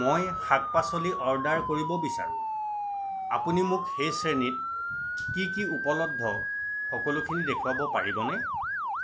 মই শাক পাচলি অ'ৰ্ডাৰ কৰিব বিচাৰোঁ আপুনি মোক সেই শ্ৰেণীত কি কি উপলব্ধ সকলোখিনি দেখুৱাব পাৰিবনে